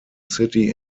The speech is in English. city